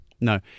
No